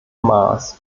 maas